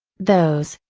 those,